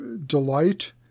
delight